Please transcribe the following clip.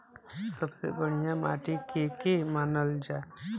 सबसे बढ़िया माटी के के मानल जा?